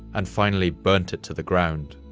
and finally burnt it to the ground.